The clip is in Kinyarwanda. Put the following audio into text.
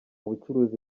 bucuruzi